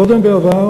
קודם, בעבר,